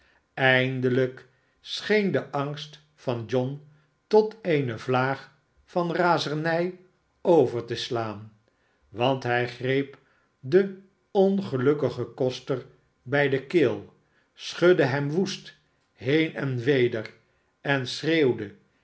eindelijk scheen de angst van john tot eene vlaag van razernij over te slaan want hij greep den ongelukkigen koster bij de keel schudde hem woest heen en weder en schreeuwde